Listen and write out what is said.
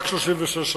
רק 36 שנה,